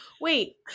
Wait